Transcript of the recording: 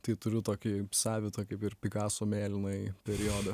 tai turiu tokį savitą kaip ir pikaso mėlynąjį periodą